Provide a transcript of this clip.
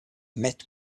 met